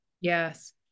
Yes